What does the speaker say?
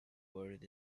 buried